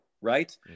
right